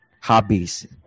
hobbies